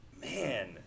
man